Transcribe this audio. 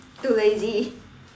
too lazy